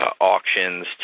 auctions